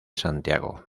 santiago